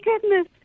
goodness